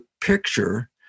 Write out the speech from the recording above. picture